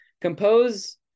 compose